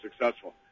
successful